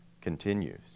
continues